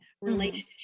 relationship